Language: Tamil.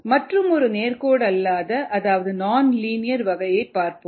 மற்றுமொரு நேர்கோடல்லாத வகையை பார்ப்போம்